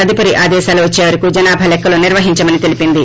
తదుపరి ఆదేశాలు వచ్చే వరకు జనాభా లెక్కలు నిర్వహించమని తెలిపింది